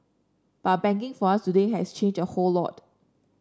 but banking for us today has changed a whole lot